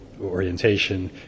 orientation